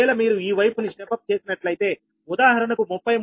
ఒకవేళ మీరు ఈ వైపు ని స్టెప్ అఫ్ చేసినట్లయితే ఉదాహరణకు 33 నుంచి 220 kv